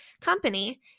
company